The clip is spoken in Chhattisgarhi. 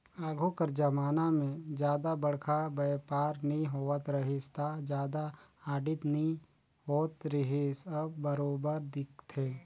आघु कर जमाना में जादा बड़खा बयपार नी होवत रहिस ता जादा आडिट नी होत रिहिस अब बरोबर देखथे